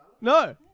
No